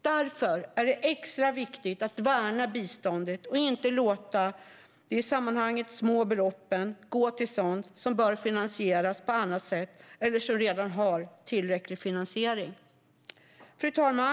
Därför är det extra viktigt att värna biståndet och inte låta de i sammanhanget små beloppen gå till sådant som bör finansieras på annat sätt eller som redan har tillräcklig finansiering. Fru talman!